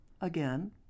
Again